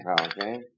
Okay